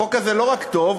החוק הזה לא רק טוב,